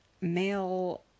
male